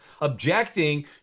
objecting